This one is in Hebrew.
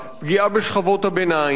פגיעה בשכבות הביניים,